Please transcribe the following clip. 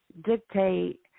dictate